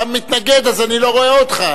אתה מתנגד, אז אני לא רואה אותך.